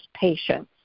patients